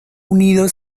unido